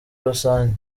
rusange